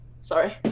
Sorry